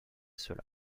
cela